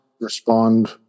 respond